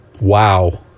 Wow